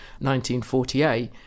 1948